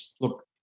look